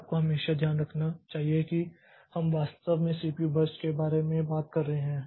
तो आपको हमेशा ध्यान रखना चाहिए कि हम वास्तव में सीपीयू बर्स्ट के बारे में बात कर रहे हैं